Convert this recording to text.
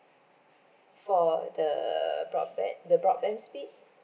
for the broadband the broadband speed